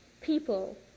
people